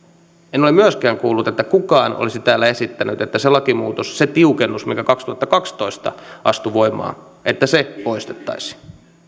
en ole myöskään kuullut että kukaan olisi täällä esittänyt että se lakimuutos se tiukennus mikä kaksituhattakaksitoista astui voimaan poistettaisiin